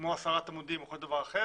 כמו הסרת עמודים או כל דבר אחר,